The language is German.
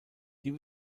die